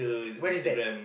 where is that